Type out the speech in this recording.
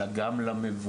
אלא גם למבוגר,